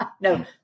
No